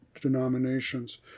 denominations